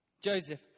Joseph